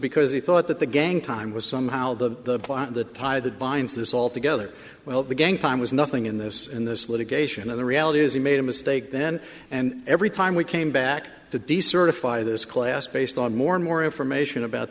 because he thought that the gang time was somehow the plot of the tie that binds this all together well the gang time was nothing in this in this litigation and the reality is he made a mistake then and every time we came back to decertify this class based on more and more information about